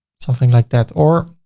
something like that, or,